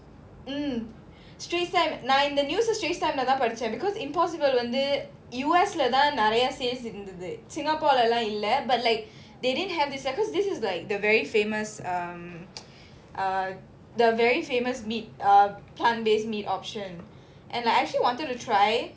mm Straits Times னா:naa in the news Straits Times leh தான் படிச்சேன்:thaan padichaen because impossible வந்து:vanthu U_S leh தான் நெறய:thaan neraya sales இருந்தது:irunthathu singapore leh லாம் இல்ல:laam illa but like they didn't have this here because this is like the very famous um uh the very famous meat uh plant-based meat option and I actually wanted to try